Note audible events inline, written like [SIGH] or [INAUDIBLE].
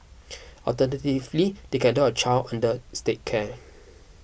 [NOISE] alternatively they can adopt a child under State care